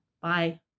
Bye